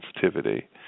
sensitivity